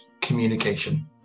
communication